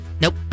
Nope